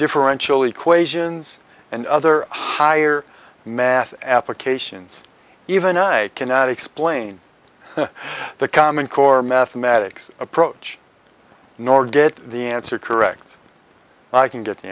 differential equations and other higher math applications even i cannot explain the common core mathematics approach nor get the answer correct i can get the